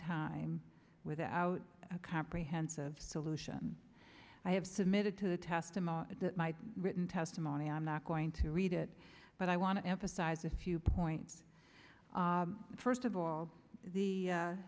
time without a comprehensive solution i have submitted to the testimony that my written testimony i'm not going to read it but i want to emphasize a few points first of all the